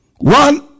One